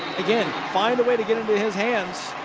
again, find a way to get into his hands.